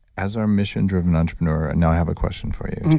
as our mission driven entrepreneur, now i have a question for you